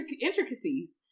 intricacies